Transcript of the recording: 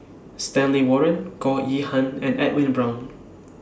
Stanley Warren Goh Yihan and Edwin Brown